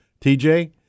tj